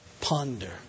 ponder